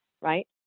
right